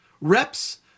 Reps